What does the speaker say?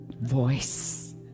voice